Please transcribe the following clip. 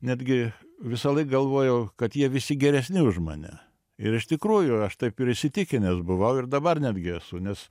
netgi visąlaik galvojau kad jie visi geresni už mane ir iš tikrųjų aš taip ir įsitikinęs buvau ir dabar netgi esu nes